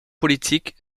politiques